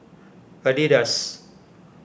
Adidas